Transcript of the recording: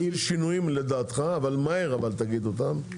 איזה שינויים לדעתך, אבל מהר אבל תגיד אותם.